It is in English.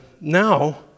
now